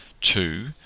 two